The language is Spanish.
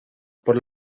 por